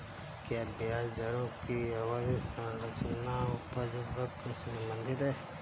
क्या ब्याज दरों की अवधि संरचना उपज वक्र से संबंधित है?